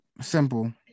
Simple